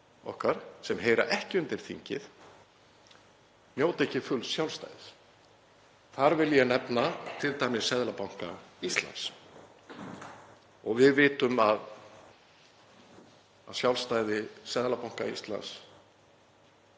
okkar sem heyra ekki undir þingið, njóti ekki fulls sjálfstæðis. Þar vil ég nefna t.d. Seðlabanka Íslands. Við vitum að sjálfstæði Seðlabanka Íslands